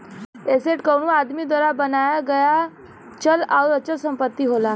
asset कउनो आदमी द्वारा बनाया गया चल आउर अचल संपत्ति होला